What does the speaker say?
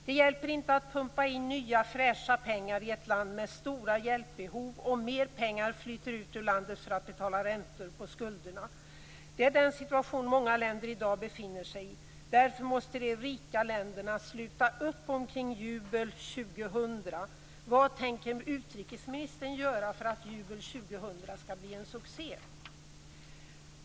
Det hjälper inte att pumpa in nya fräscha pengar i ett land med stora hjälpbehov, om mer pengar flyter ut ur landet för att betala räntor på skulderna. Det är den situation många länder i dag befinner sig i. Därför måste de rika länderna sluta upp omkring Jubel 2000. Vad tänker utrikesministern göra för att Jubel 2000 skall bli en succé?